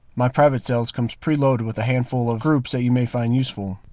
my private cells comes pre-loaded with a handful of groups that you may find useful.